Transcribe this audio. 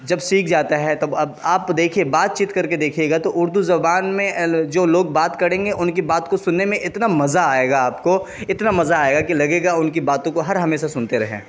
جب سیکھ جاتا ہے تب اب آپ دیکھیے بات چیت کر کے دیکھیے گا تو اردو زبان میں جو لوگ بات کریں گے ان کی بات کو سننے میں اتنا مزہ آئے گا آپ کو اتنا مزہ آئے گا کہ لگے گا ان کی باتوں کو ہر ہمیشہ سنتے رہیں